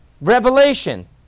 revelation